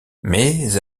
mais